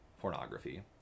pornography